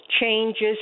changes